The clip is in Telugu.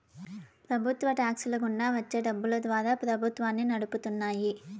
ప్రభుత్వ టాక్స్ ల గుండా వచ్చే డబ్బులు ద్వారా ప్రభుత్వాన్ని నడుపుతున్నాయి